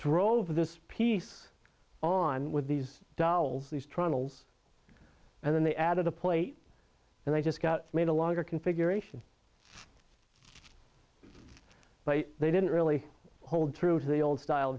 drove this piece on with these dolls these trials and then they added a plate and they just got made a longer configuration but they didn't really hold true to the old style